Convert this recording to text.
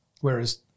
Whereas